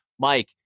Mike